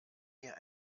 hier